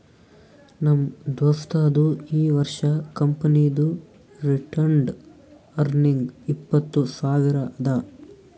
ನಮ್ ದೋಸ್ತದು ಈ ವರ್ಷ ಕಂಪನಿದು ರಿಟೈನ್ಡ್ ಅರ್ನಿಂಗ್ ಇಪ್ಪತ್ತು ಸಾವಿರ ಅದಾ